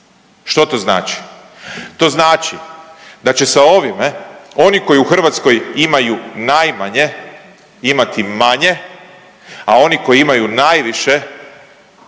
Što to znači? To znači da će sa ovime oni koji u Hrvatskoj imaju najmanje imati manje, a oni koji imaju najviše